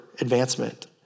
advancement